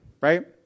right